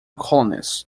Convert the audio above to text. columnist